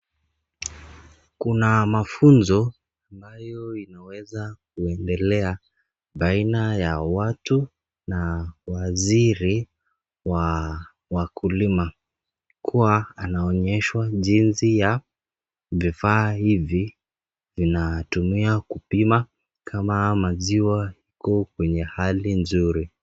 Kuna mafunzo ambayo inaweza kuendelea baina ya watu na waziri wa wakulima kuwa anaonyeshwa jinsi ya vifaa hivi vinatumia kupima kama maziwa kuwa kwenye hali nzuri.